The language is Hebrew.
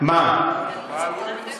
מה אתה מציע?